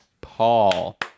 Paul